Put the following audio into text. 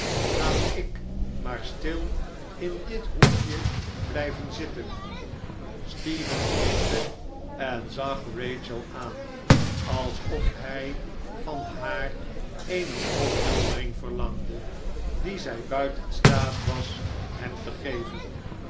laat ik maar stil in dit hoekje blijven zitten stephen knikte en zag rachel aan alsof hij van haar eene opheldering verlangde die zij buiten staat was hem te geven